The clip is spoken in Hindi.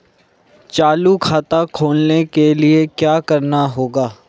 चालू खाता खोलने के लिए क्या करना होगा?